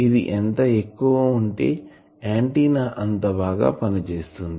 ఇది ఎంత ఎక్కువ ఉంటే ఆంటిన్నా అంత బాగా పని చేస్తుంది